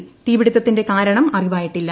പേരെ തീപിടുത്തത്തിന്റെ കാരണം അറിവായിട്ടില്ല